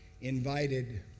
invited